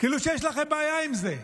כאילו שיש לכם בעיה עם זה.